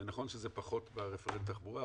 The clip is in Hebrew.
ונכון שזה פחות לרפרנט לתחבורה,